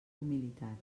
humilitat